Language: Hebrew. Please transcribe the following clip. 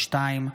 32),